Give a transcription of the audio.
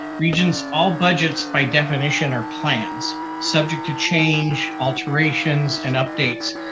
regents, all budgets, by definition, are plans subject to change, alterations and updates.